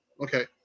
Okay